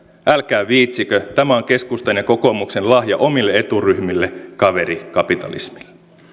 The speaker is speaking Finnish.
älkää viitsikö tämä on keskustan ja kokoomuksen lahja omille eturyhmille kaverikapitalismia